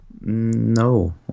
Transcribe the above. No